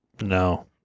No